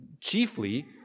chiefly